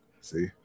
see